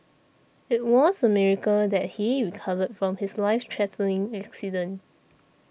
it was a miracle that he recovered from his life threatening accident